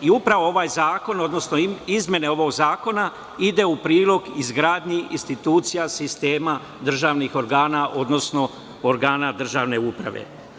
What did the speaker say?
Upravo ovaj zakon, odnosno izmene ovog zakona idu u prilog izgradnji institucija sistema državnih organa, odnosno organa državne uprave.